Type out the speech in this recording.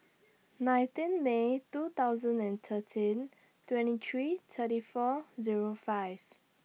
nineteen May two thousand and thirteen twenty three thirty four Zero five